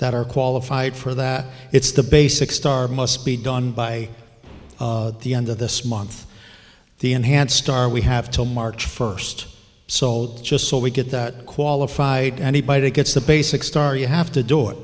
that are qualified for that it's the basic star must be done by the end of this month the enhanced star we have to march first so just so we get that qualified anybody gets the basic star you have to do it